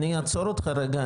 אני אעצור אותך רגע,